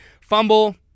fumble